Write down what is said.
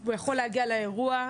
הוא יכול להגיע לאירוע,